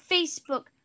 Facebook